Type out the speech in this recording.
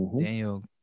Daniel